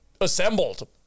Assembled